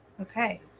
okay